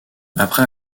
après